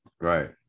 right